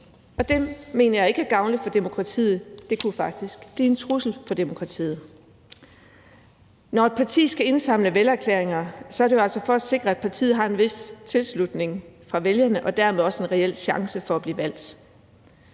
Og det mener jeg ikke er gavnligt for demokratiet. Det kan faktisk blive en trussel for demokratiet. Når et parti skal indsamle vælgererklæringer, er det jo altså for at sikre, at partiet har en vis tilslutning fra vælgerne og dermed også en reel chance for at blive valgt.